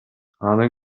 аны